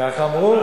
כך אמרו.